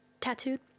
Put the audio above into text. tattooed